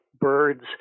birds